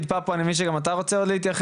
פפו אני מבין שגם אתה עוד רוצה להתייחס,